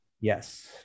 Yes